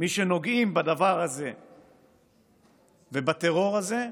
מי שנוגעים בדבר הזה ובטרור הזה,